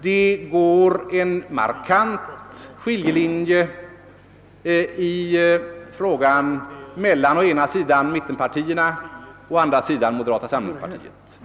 Det går en markant skiljelinje mellan å ena sidan mittenpartierna och å andra sidan moderata samlingspartiet.